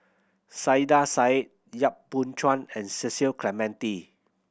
Saiedah Said Yap Boon Chuan and Cecil Clementi